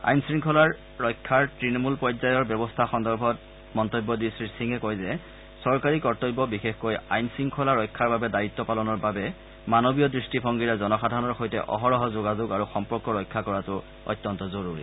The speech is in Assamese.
আইন শৃংখলাৰ ৰক্ষাৰ তৃণমূল পৰ্যায়ৰ ব্যৱস্থা সন্দৰ্ভত মন্তব্য দাঙি ধৰি শ্ৰীসিঙে কয় যে চৰকাৰী কৰ্তব্য বিশেষকৈ আইন শংখলা ৰক্ষাৰ দৰে দায়িত্ব পালনৰ বাবে মানৱীয় দৃষ্টিভংগীৰে জনসাধাৰণৰ সৈতে অহৰহ যোগাযোগ আৰু সম্পৰ্ক ৰক্ষা কৰাটো অত্যন্ত জৰুৰী